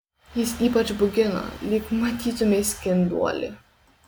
jis ypač baugino lyg matytumei skenduolį